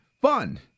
fun